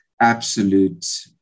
absolute